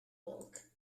walk